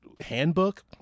handbook